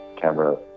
camera